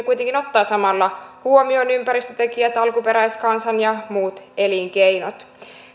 kuitenkin ottaa samalla huomioon ympäristötekijät alkuperäiskansan ja muut elinkeinot